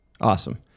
Awesome